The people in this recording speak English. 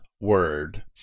word